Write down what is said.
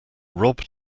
robbed